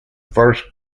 first